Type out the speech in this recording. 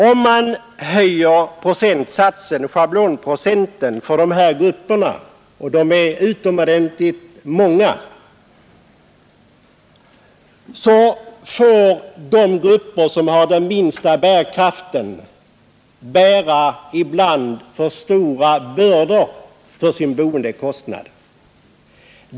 Om man höjer schablonprocenten för dessa småhusägare — som är många till antalet — får således den grupp som har den minsta ekonomiska bärkraften bära tunga bördor för sin boendekostnad.